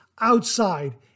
outside